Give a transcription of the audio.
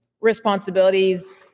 responsibilities